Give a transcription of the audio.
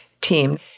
team